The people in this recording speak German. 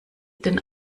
denn